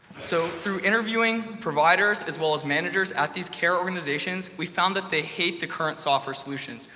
so through interviewing providers as well as managers at these care organizations, we found that they hate the current software solutions.